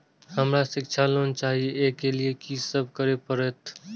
हमरा शिक्षा लोन चाही ऐ के लिए की सब करे परतै?